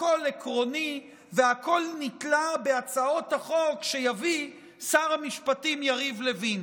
הכול עקרוני והכול נתלה בהצעות החוק שיביא שר המשפטים יריב לוין.